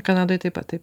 kanadoj taip pat taip